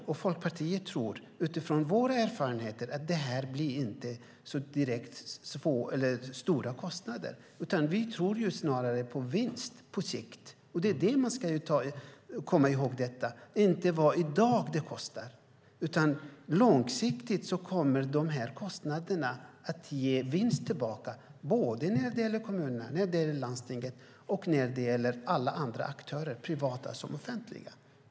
Jag och Folkpartiet tror utifrån våra erfarenheter att det inte blir särskilt stora kostnader. Vi tror snarare på vinst på sikt. Det är det man ska komma ihåg, inte vad det kostar i dag. Långsiktigt kommer dessa kostnader i stället att ge vinst tillbaka, när det gäller såväl kommuner och landsting som alla andra aktörer, privata som offentliga.